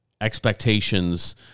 expectations